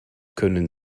können